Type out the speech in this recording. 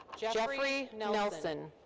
jeffrey nelson.